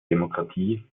demokratie